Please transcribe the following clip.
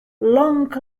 long